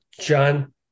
John